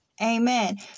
Amen